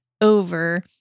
over